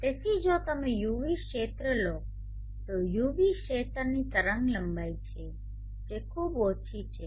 તેથી જો તમે UV ક્ષેત્ર લો તો UV ક્ષેત્રની તરંગ લંબાઈ છે જે ખૂબ ઓછી છે